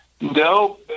No